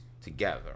together